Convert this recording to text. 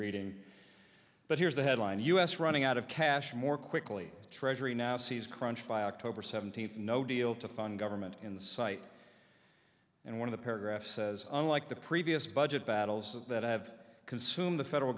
reading but here's the headline u s running out of cash more quickly treasury now sees crunch by october seventeenth no deal to fund government in sight and one of the paragraph says unlike the previous budget battles that have consumed the federal